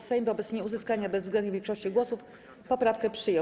Sejm wobec nieuzyskania bezwzględnej większości głosów poprawkę przyjął.